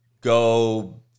go